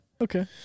Okay